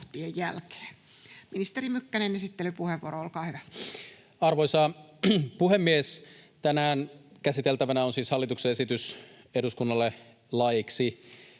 Ministeri Mykkänen, esittelypuheenvuoro, olkaa hyvä. Arvoisa puhemies! Tänään käsiteltävänä on siis hallituksen esitys eduskunnalle laeiksi